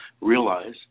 realize